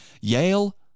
Yale